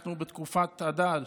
אנחנו בתקופת אדר,